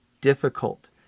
difficult